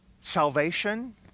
salvation